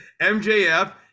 MJF